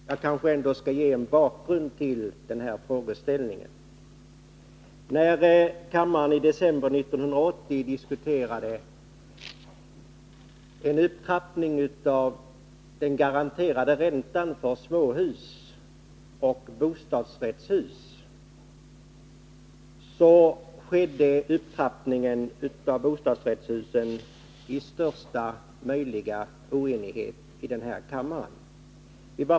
Herr talman! Jag tackar för svaret på min fråga. Jag skall här redogöra för vad som ligger bakom min fråga. I december 1980 diskuterades i kammaren en upptrappning av den garanterade räntenivån för småhus och bostadsrättshus. Diskussionen om bostadsrättshusen fördes under största möjliga oenighet.